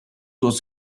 was